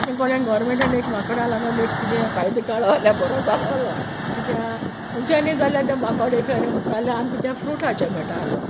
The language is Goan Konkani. कोणें गोवोर्मेंटान माकडा लागोन एक कितेंय कायदो काडलेलो जाल्या बोरो जालोलो किद्या खुंयच्यानी जाल्या ते माकोड एक सायडीन उरताले आमकां कितें फ्रूट खाच्या मेयटा आसलो